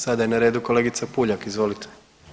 Sada je na redu kolegica Puljak, izvolite.